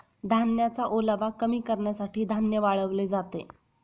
धान्याचा ओलावा कमी करण्यासाठी धान्य वाळवले जाते